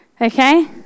Okay